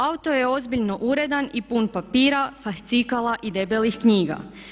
Auto je ozbiljno uredan i pun papira, fascikala i debelih knjiga.